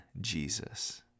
Jesus